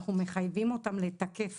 אנחנו מחייבים אותם לתקף